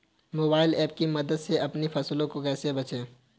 Mobile app की मदद से अपनी फसलों को कैसे बेचें?